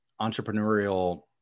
entrepreneurial